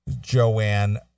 Joanne